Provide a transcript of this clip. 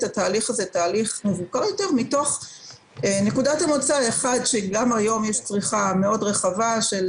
התהליך תהליך מבוקר יותר מתוך נקודת מוצא שגם היום יש צריכה מאוד רחבה,